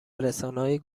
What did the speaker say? رسانههای